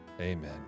amen